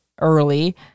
early